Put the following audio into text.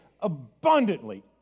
abundantly